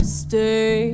stay